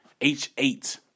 H8